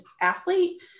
athlete